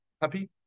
Happy